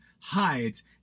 hides